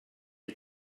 had